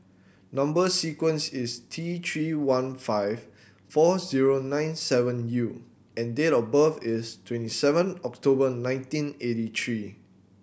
number sequence is T Three one five four zero nine seven U and date of birth is twenty seven October nineteen eighty three